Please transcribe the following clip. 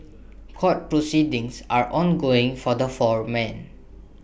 court proceedings are ongoing for the four men